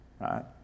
Right